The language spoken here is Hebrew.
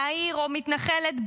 מהעיר או מתנחלת,